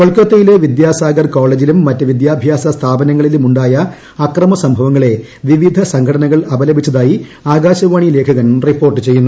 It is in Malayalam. കൊൽക്കൃത്തയിലെ വിദ്യാസാഗർ കോളേജിലും മറ്റ് വിദ്യാഭ്യാസ സ്ഥാപനങ്ങളിലും ഉ ായ അക്രമ സംഭവങ്ങളെ വിവിധ സംഘടനകൾ അപ്പലപിച്ചതായി ആകാശവാണി ലേഖകൻ റിപ്പോർട്ട് ചെയ്യുന്നു